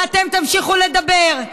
ואתם תמשיכו לדבר.